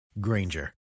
Granger